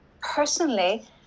personally